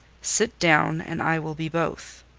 sit down, and i will be both.